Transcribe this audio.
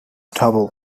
double